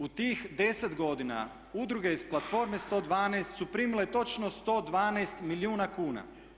U tih 10 godina udruge iz platforme 112 su primile točno 112 milijuna kuna.